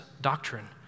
doctrine